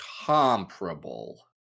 comparable